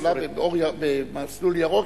במסלול ירוק,